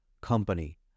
company